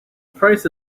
price